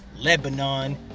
lebanon